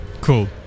Cool